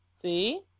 See